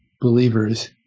believers